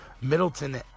Middleton